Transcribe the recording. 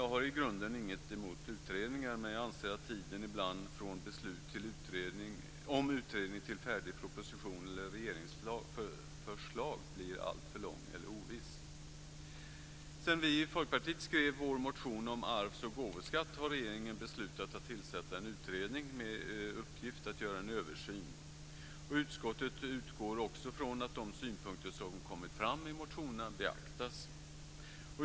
Jag har i grunden inget emot utredningar, men jag anser att tiden från utredning till en färdig proposition eller ett regeringsförslag ibland blir alltför lång eller oviss. Sedan vi i Folkpartiet skrev vår motion om arvsoch gåvoskatt har regeringen beslutat att tillsätta en utredning med uppgift att göra en översyn. Utskottet utgår från att de synpunkter som kommit fram i motionen beaktas.